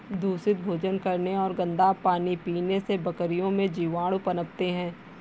दूषित भोजन करने और गंदा पानी पीने से बकरियों में जीवाणु पनपते हैं